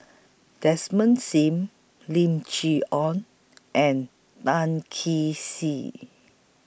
Desmond SIM Lim Chee Onn and Tan Kee Sek